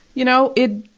you know, it,